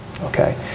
Okay